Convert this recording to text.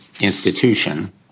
institution